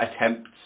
attempts